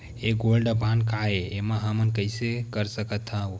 ये gold bond काय ए एमा हमन कइसे कर सकत हव?